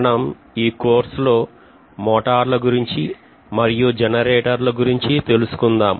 మనం ఈ కోర్సులో మోటార్ల గురించి మరియు జనరేటర్ల గురించి తెలుసుకుందాం